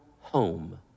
home